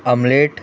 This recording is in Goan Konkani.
आमलेट